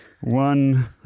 one